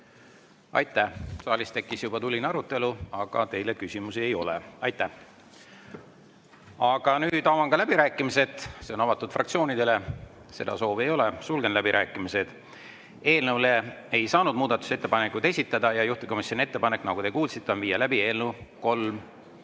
Aitäh! Saalis tekkis juba tuline arutelu, aga teile küsimusi ei ole. Avan läbirääkimised, see on avatud fraktsioonidele. Seda soovi ei ole. Sulgen läbirääkimised. Eelnõu kohta ei saanud muudatusettepanekuid esitada ja juhtivkomisjoni ettepanek, nagu te kuulsite, on viia läbi eelnõu 366